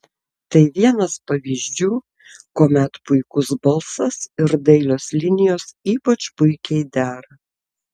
tai vienas pavyzdžių kuomet puikus balsas ir dailios linijos ypač puikiai dera